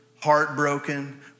heartbroken